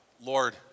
Lord